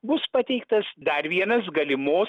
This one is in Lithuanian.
bus pateiktas dar vienas galimos